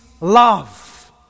love